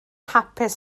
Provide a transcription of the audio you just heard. hapus